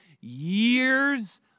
years